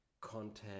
content